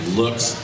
looks